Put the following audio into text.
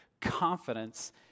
confidence